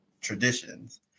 traditions